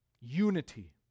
Unity